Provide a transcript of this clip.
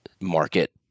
market